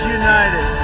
united